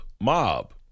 Mob